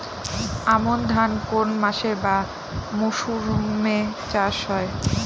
আমন ধান কোন মাসে বা মরশুমে চাষ হয়?